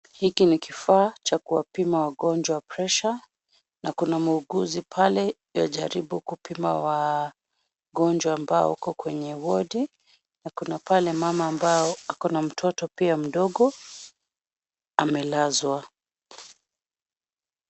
Hiki ni kifaa cha kuwapima wagonjwa pressure na kuna muuguzi pale yuwajaribu kupima wagonjwa ambao wako kwenye wodi na kuna pale mama ambaye ako na mtoto pia mdogo, amelazwa.